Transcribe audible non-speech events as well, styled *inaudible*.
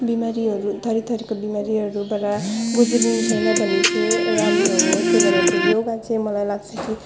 बिमारीहरू थरी थरीको बिमारीहरू *unintelligible* योगा चाहिँ मलाई लाग्छ कि